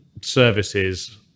services